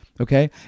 okay